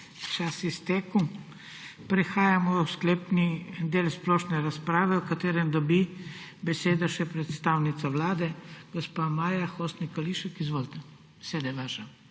čas iztekel. Prehajamo v sklepni del splošne razprave, v katerem dobi besedo še predstavnica Vlade. Gospa Maja Hostnik Kališek, izvolite, beseda